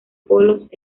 polos